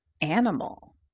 animal